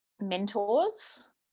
mentors